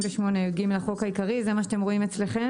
88יג לחוק העיקרי?